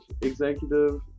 executive